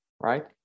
right